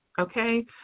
Okay